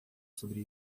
sobre